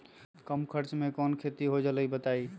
कम खर्च म कौन खेती हो जलई बताई?